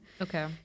Okay